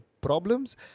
problems